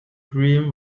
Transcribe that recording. dream